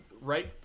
right